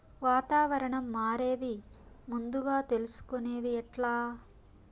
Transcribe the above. వాతావరణం మారేది ముందుగా తెలుసుకొనేది ఎట్లా?